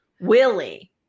Willie